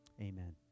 Amen